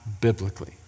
biblically